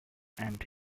and